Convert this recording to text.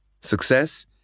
Success